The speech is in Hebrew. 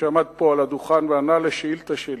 שעמד פה על הדוכן וענה על שאילתא שלי,